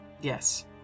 Yes